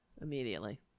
immediately